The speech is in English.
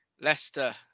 Leicester